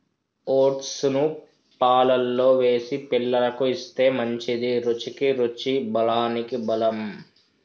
oats ను పాలల్లో వేసి పిల్లలకు ఇస్తే మంచిది, రుచికి రుచి బలానికి బలం